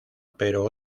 pero